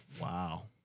Wow